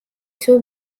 two